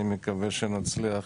אני מקווה שנצליח